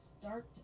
start